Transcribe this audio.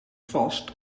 vast